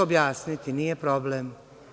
Objasniću, nije problem.